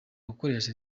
gukoresha